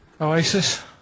Oasis